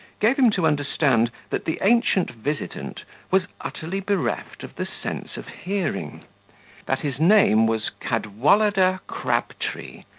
gave him to understand, that the ancient visitant was utterly bereft of the sense of hearing that his name was cadwallader crabtree,